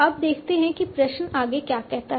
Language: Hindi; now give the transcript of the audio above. अब देखते हैं कि प्रश्न आगे क्या कहता है